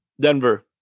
Denver